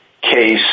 case